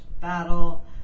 battle